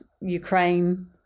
Ukraine